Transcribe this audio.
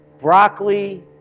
broccoli